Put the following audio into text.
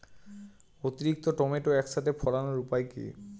অতিরিক্ত টমেটো একসাথে ফলানোর উপায় কী?